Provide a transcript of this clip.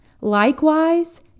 Likewise